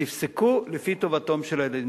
ותפסקו לפי טובתם של הילדים.